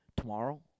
tomorrow